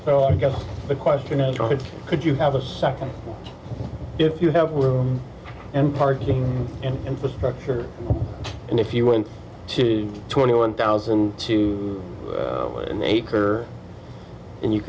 l i guess the question is could you have a second if you have room and parking and infrastructure and if you went to twenty one thousand two and you